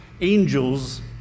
angels